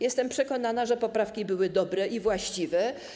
Jestem przekonana, że poprawki były dobre i właściwe.